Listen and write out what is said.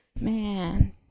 Man